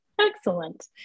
Excellent